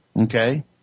okay